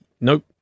Nope